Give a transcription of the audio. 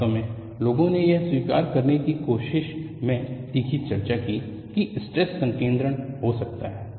वास्तव में लोगों ने यह स्वीकार करने की कोशिश में तीखी चर्चा की कि स्ट्रेस संकेद्रण हो सकता है